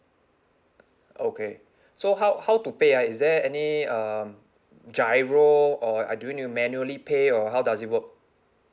okay so how how to pay ah is there any um giro or uh do you need to manually pay or how does it work